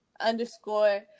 underscore